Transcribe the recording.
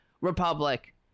Republic